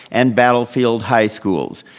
and battlefield high schools.